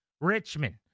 Richmond